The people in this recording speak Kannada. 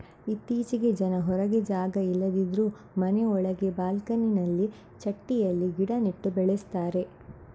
ಇತ್ತೀಚೆಗೆ ಜನ ಹೊರಗೆ ಜಾಗ ಇಲ್ಲದಿದ್ರೂ ಮನೆ ಒಳಗೆ ಬಾಲ್ಕನಿನಲ್ಲಿ ಚಟ್ಟಿಯಲ್ಲಿ ಗಿಡ ನೆಟ್ಟು ಬೆಳೆಸ್ತಾರೆ